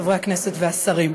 חברת הכנסת שולי מועלם-רפאלי,